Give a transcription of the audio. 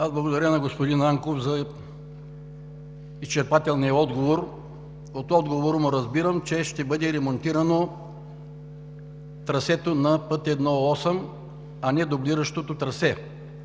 Благодаря на господин Нанков за изчерпателния отговор. Разбирам, че ще бъде ремонтирано трасето на път I-8, а не дублиращото трасе.